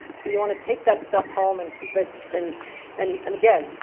so you want to take that stuff home and keep it. and and and, again,